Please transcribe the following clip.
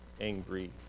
Angry